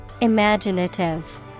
Imaginative